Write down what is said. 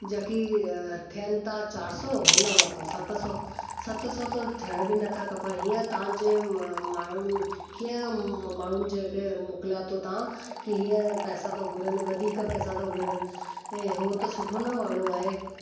जब की थियनि था चारि सौ हुन वरितो सत सौ सत सौ थिया बि नथा खपनि हीअं तव्हांजे मां माण्हुनि खे माण्हुनि जेके मोकलिया थो तव्हां की हीअं पैसा थो घुरनि वधीक पैसा थो घुरनि इहे इहो त सुठो न माण्हू आहे